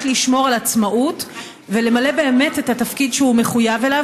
לשמור על עצמאות ולמלא באמת את התפקיד שהוא מחויב אליו,